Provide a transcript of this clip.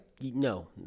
No